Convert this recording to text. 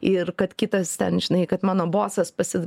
ir kad kitas ten žinai kad mano bosas pasi